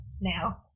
now